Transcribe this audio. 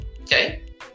okay